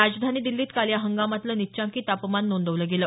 राजधानी दिल्लीत काल या हंगामातलं निचांकी तापमान नोंदवलं गेलं